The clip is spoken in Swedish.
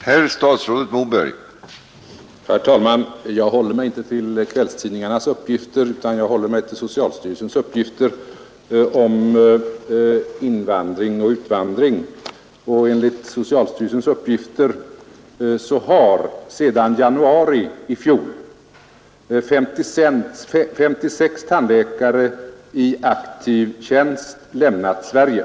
Herr talman! Jag haller mig inte till kvällstidningarnas uppgifter utan jag häller mig till socialstyrelsens uppgifter om invandring och utvandring, och enligt dessa har sedan januari i fjol 56 tandläkare i aktiv tjänst lämnat Sverige.